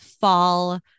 fall